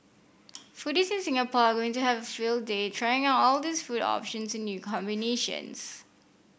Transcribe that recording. foodies in Singapore are going to have a field day trying out all these food options in new combinations